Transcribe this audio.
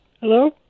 Hello